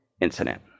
incident